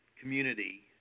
community